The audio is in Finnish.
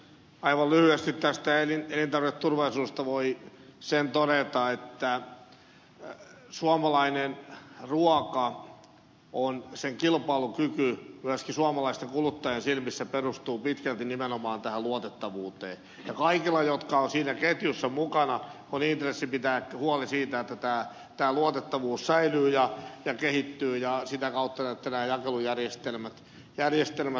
aivan lyhyesti tästä elintarviketurvallisuudesta voi sen todeta että suomalaisen ruuan kilpailukyky myöskin suomalaisten kuluttajien silmissä perustuu pitkälti nimenomaan tähän luotettavuuteen ja kaikilla jotka ovat siinä ketjussa mukana on intressi pitää huoli siitä että tämä luotettavuus säilyy ja kehittyy ja sitä kautta nämä jakelujärjestelmät toimivat